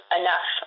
enough